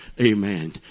amen